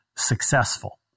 successful